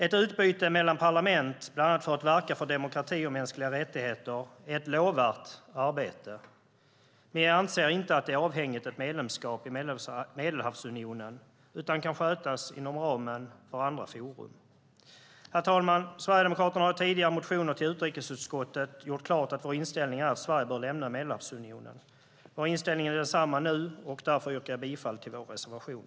Ett utbyte mellan parlament, bland annat för att verka för demokrati och mänskliga rättigheter, är ett lovvärt arbete, men vi anser inte att det är avhängigt ett medlemskap i Medelhavsunionen utan kan skötas inom ramen för andra forum. Herr talman! Sverigedemokraterna har i tidigare motioner till utrikesutskottet gjort klart att vår inställning är att Sverige bör lämna Medelhavsunionen. Vår inställning är densamma nu, och därför yrkar jag bifall till vår reservation.